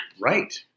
right